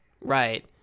right